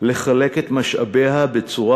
לחלק את משאביה בצורה